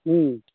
ह्म्म